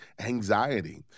anxiety